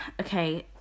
okay